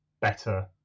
better